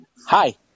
Hi